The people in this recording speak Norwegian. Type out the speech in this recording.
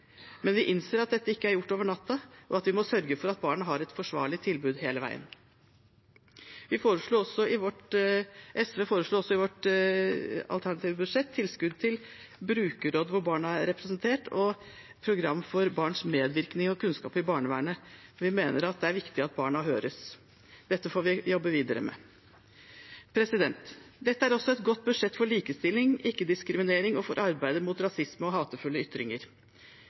Men vi innser at dette ikke er gjort over natten, og at vi må sørge for at barna har et forsvarlig tilbud hele veien. SV foreslo også i vårt alternative budsjett tilskudd til brukerråd hvor barna er representert, og et program for barns medvirkning og kunnskap i barnevernet. Vi mener det er viktig at barna høres. Dette får vi jobbe videre med. Dette er også et godt budsjett for likestilling og ikke-diskriminering og for arbeidet mot rasisme og hatefulle ytringer.